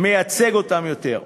מייצג אותם יותר,